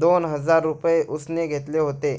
दोन हजार रुपये उसने घेतले होते